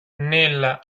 nella